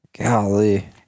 Golly